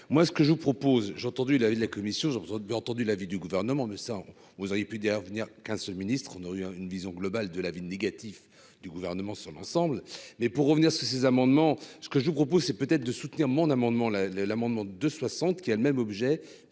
moi ce que je vous propose, j'ai entendu il avait de la commission, je ressens que bien entendu l'avis du gouvernement, de sang, vous auriez pu devenir qu'un seul ministre on aurait eu une vision globale de la ville négatif du gouvernement sur l'ensemble, mais pour revenir sur ces amendements, ce que je propose c'est peut être de soutenir mon amendement là le l'amendement de 60 qui a le même objet,